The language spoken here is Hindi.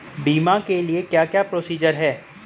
बीमा के लिए क्या क्या प्रोसीजर है?